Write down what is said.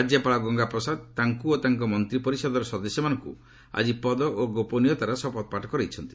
ରାଜ୍ୟପାଳ ଗଙ୍ଗା ପ୍ରସାଦ ତାଙ୍କୁ ଓ ତାଙ୍କ ମନ୍ତ୍ରୀପରିଷଦର ସଦସ୍ୟମାନଙ୍କୁ ଆଜି ପଦ ଓ ଗୋପନୀୟତାର ଶପଥ ପାଠ କରାଇଛନ୍ତି